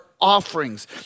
offerings